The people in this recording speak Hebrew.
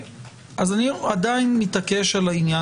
אני עדיין מתעקש על העניין.